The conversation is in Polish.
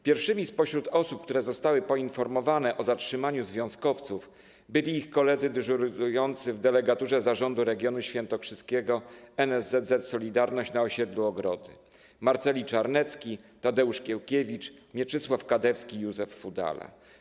Pierwszymi spośród osób, które zostały poinformowane o zatrzymaniu związkowców, byli ich koledzy dyżurujący w Delegaturze Zarządu Regionu Świętokrzyskiego NSZZ „Solidarność” na osiedlu Ogrody: Marceli Czarnecki, Tadeusz Kiełkiewicz, Mieczysław Kadewski, Józef Fudala.